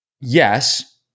yes